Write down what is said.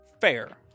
Fair